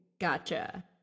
Gotcha